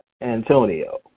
Antonio